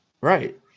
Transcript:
right